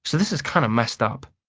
so this is kind of messed up.